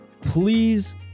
please